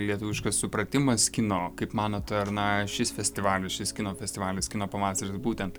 lietuviškas supratimas kino kaip manot ar na šis festivalis šis kino festivalis kino pavasaris būtent